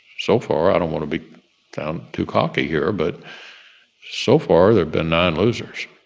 so far i don't want to be sound too cocky here, but so far, there've been nine losers